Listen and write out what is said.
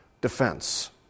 defense